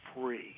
free